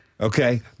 Okay